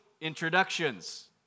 introductions